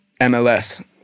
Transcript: MLS